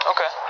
Okay